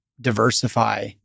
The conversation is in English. diversify